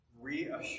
reassure